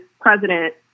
president